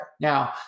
Now